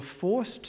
forced